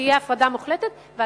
שתהיה הפרדה מוחלטת בדבר הזה,